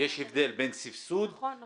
יש הבדל בין סבסוד למענק.